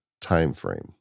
timeframe